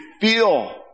feel